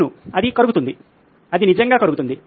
అవును అది కరుగుతుంది అది నిజంగా కరుగుతుంది